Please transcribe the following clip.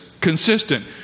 consistent